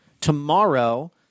tomorrow